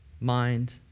mind